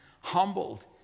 humbled